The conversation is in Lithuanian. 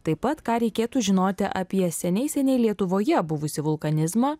taip pat ką reikėtų žinoti apie seniai seniai lietuvoje buvusį vulkanizmą